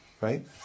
right